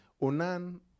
Onan